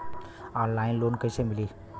Online loan कइसे मिली?